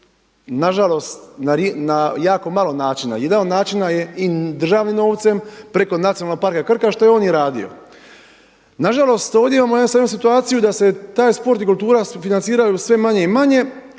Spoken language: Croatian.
nažalost na jako malo način. Jedan od načina je i državnim novcem preko Nacionalnog parka Krka što je on i radio. Nažalost ovdje imamo sada jednu situaciju da se taj sport i kultura financiraju sve manje i manje